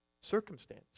circumstance